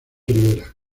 ribera